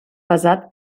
pesat